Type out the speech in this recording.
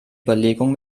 überlegung